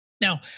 Now